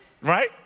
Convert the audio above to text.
Right